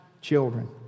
children